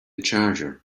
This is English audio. charger